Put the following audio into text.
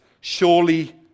Surely